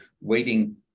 waiting